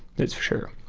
that's for sure.